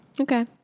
Okay